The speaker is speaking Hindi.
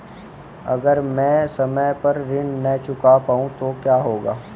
अगर म ैं समय पर ऋण न चुका पाउँ तो क्या होगा?